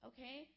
Okay